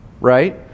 right